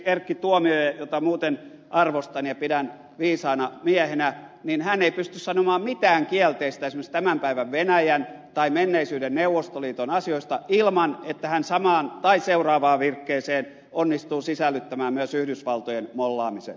erkki tuomioja jota muuten arvostan ja pidän viisaana miehenä ei pysty sanomaan mitään kielteistä esimerkiksi tämän päivän venäjän tai menneisyyden neuvostoliiton asioista ilman että hän samaan tai seuraavaan virkkeeseen onnistuu sisällyttämään myös yhdysvaltojen mollaamisen